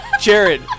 Jared